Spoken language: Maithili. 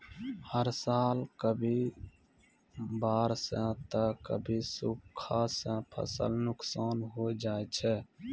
हर साल कभी बाढ़ सॅ त कभी सूखा सॅ फसल नुकसान होय जाय छै